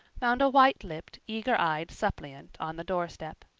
found a white-lipped eager-eyed suppliant on the doorstep.